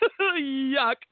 Yuck